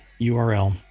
URL